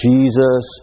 Jesus